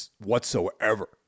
whatsoever